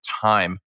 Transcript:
time